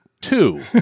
two